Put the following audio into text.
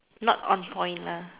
not on point nah